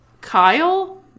Kyle